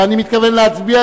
ואני מתכוון להצביע,